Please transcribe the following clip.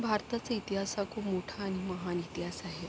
भारताचा इतिहास हा खूप मोठा आणि महान इतिहास आहे